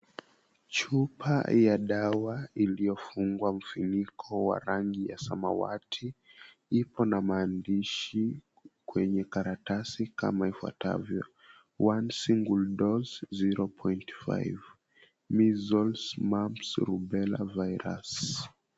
Chupa ya dawa, iliyofungua mfuniko wa rangi ya samawati. Ipo na maandishi kwenye karatasi kama ifuatavyo, 1 single dose 0.5. Measles, Mumps, Rubella Virus.